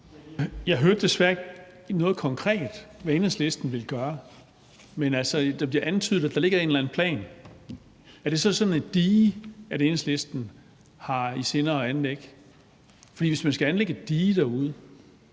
Jeg hørte desværre ikke noget konkret om, hvad Enhedslisten ville gøre. Men der bliver antydet, at der ligger en eller anden plan. Er det så sådan et dige, som Enhedslisten har i sinde at anlægge? For hvis man skal anlægge et dige derude,